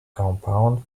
compound